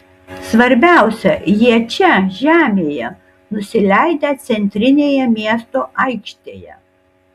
svarbiausia jie čia žemėje nusileidę centrinėje miesto aikštėje